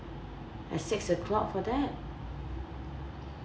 at six O clock for that